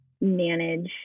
manage